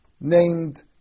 named